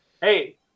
Hey